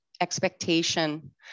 expectation